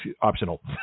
optional